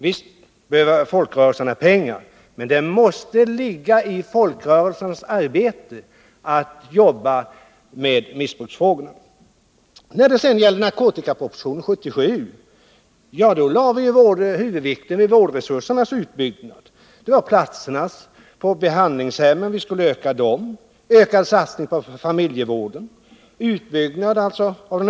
Visst behöver folkrörelserna pengar, men det måste ingå i deras arbete att också jobba med missbruksfrågorna. I narkotikapropositionen 1977 lade vi huvudvikten vid vårdresursernas utbyggnad. Vi ville öka antalet platser på behandlingshemmen och göra en ökad satsning på familjevården, samt en utbyggnad av den öppna vården.